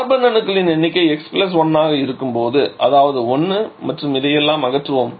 carbon அணுக்களின் எண்ணிக்கை x 1 ஆக இருக்கும் அதாவது 1 மற்றும் இதையெல்லாம் அகற்றுவோம்